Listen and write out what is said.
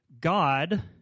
God